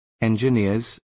Engineers